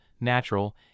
natural